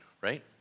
right